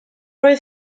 oedd